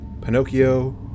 Pinocchio